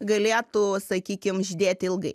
galėtų sakykim žydėti ilgai